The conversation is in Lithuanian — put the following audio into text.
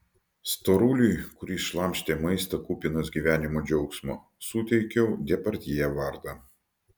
storuliui kuris šlamštė maistą kupinas gyvenimo džiaugsmo suteikiau depardjė vardą